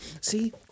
See